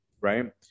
right